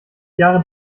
jahren